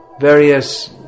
various